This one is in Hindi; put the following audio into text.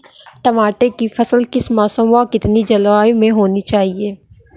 टमाटर की फसल किस मौसम व कितनी जलवायु में होनी चाहिए?